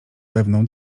pewną